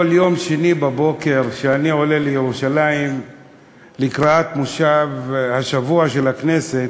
כל יום שני בבוקר כשאני עולה לירושלים לקראת מושב השבוע של הכנסת,